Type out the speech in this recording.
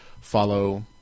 follow